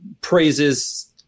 praises